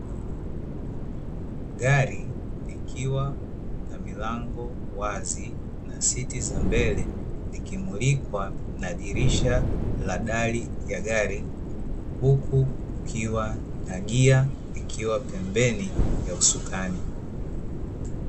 Gari likiwa na milango wazi na siti za mbele zikimulikwa na dirisha la dari la ngari huku kukiwa na gia ikiwa pembeni ya usukani.